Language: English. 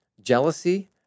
jealousy